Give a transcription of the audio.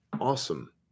Awesome